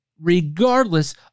Regardless